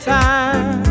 time